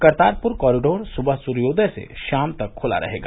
Kartarpur corridor सुबह सूर्योदय से शाम तक खुला रहेगा